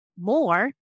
more